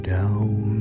down